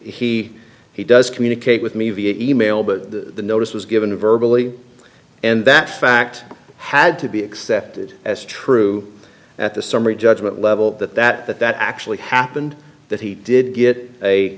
he he does communicate with me via e mail but the notice was given a verbal e and that fact had to be accepted as true at the summary judgment level that that that that actually happened that he did get a